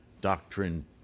Doctrine